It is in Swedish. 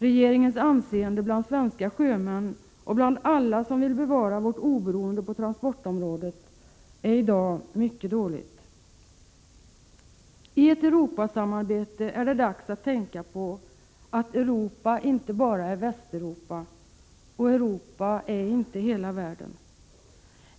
Regeringens anseende bland svenska sjömän och bland alla som vill bevara vårt oberoende på transportområdet är i dag mycket dåligt. I ett Europasamarbete är det dags att tänka på att Europa inte bara är Västeuropa och att Europa inte är hela världen.